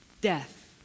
Death